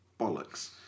bollocks